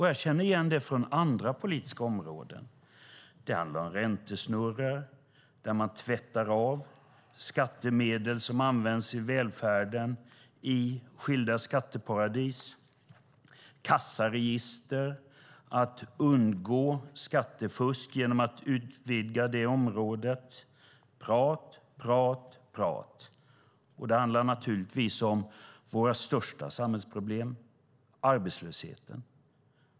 Jag känner igen det från andra politiska områden. Det handlar om räntesnurror där man i skilda skatteparadis tvättar skattemedel som används i välfärden eller ägnar sig åt skattefusk genom att utvidga kassaregisterområdet - prat, prat, prat. Det handlar naturligtvis också om vårt största samhällsproblem arbetslösheten.